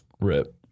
Rip